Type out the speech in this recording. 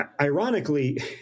Ironically